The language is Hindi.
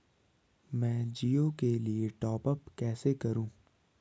मैं जिओ के लिए टॉप अप कैसे करूँ?